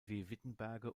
wittenberge